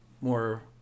more